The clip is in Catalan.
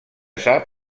sap